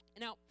Now